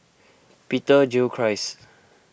Peter Gilchrist